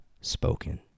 spoken